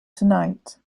tonight